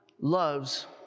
loves